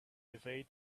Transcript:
evade